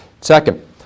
Second